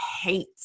hate